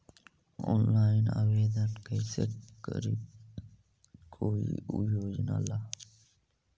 Online आवेदन कैसे करी कोई योजना ला?